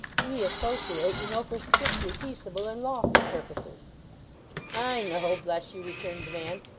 we associate, you know, for strictly peaceable and lawful purposes i know, bless you returned the man,